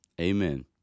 Amen